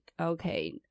okay